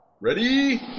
Ready